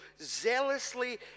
zealously